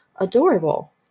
adorable